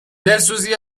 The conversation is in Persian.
دلسوزی